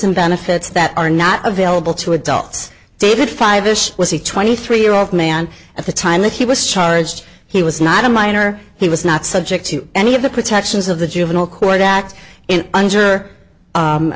and benefits that are not available to adults david five ish was a twenty three year old man at the time that he was charged he was not a minor he was not subject to any of the protections of the juvenile court act in under